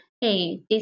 hey